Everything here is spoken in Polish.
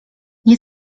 nie